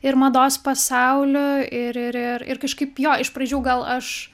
ir mados pasauliu ir ir ir ir kažkaip jo iš pradžių gal aš